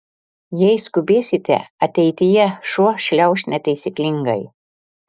jei skubėsite ateityje šuo šliauš netaisyklingai